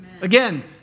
Again